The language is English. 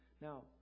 Now